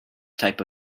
type